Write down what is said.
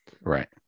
right